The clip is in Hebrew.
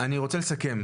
אני רוצה לסכם.